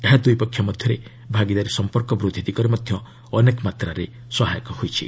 ଏହା ଦୁଇପକ୍ଷ ମଧ୍ୟରେ ଭାଗିଦାରୀ ସମ୍ପର୍କ ବୃଦ୍ଧି ଦିଗରେ ମଧ୍ୟ ଅନେକ ମାତ୍ରାରେ ସହାୟକ ହୋଇଛି